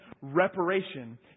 reparation